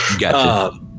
Gotcha